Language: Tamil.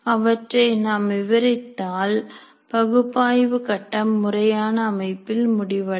அவற்றை நாம் விவரித்தால் பகுப்பாய்வு கட்டம் முறையான அமைப்பில் முடிவடையும்